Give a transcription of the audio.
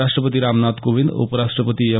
राष्ट्रपती रामनाथ कोविंद उपराष्ट्रपती एम